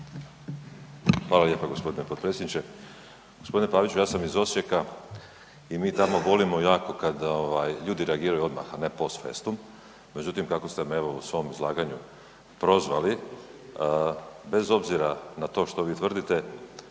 Hvala lijepo g. potpredsjedniče. g. Paviću, ja sam iz Osijeka i mi tamo volimo jako kada ovaj ljudi reagiraju odmah, a ne post festum. Međutim, kako ste me evo u svom izlaganju prozvali, bez obzira na to što vi tvrdite